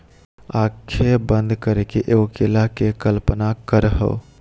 आँखें बंद करके एगो केला के कल्पना करहो